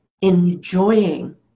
enjoying